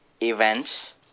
events